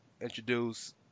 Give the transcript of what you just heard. introduce